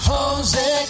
Jose